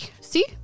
see